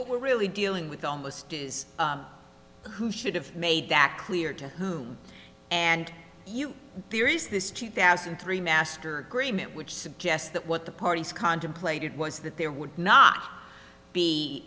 it's we're really dealing with almost who should have made that clear to whom and you theories this two thousand and three master agreement which suggests that what the parties contemplated was that there would not be